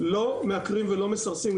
לא מעקרים ולא מסרסים,